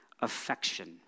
affection